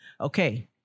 Okay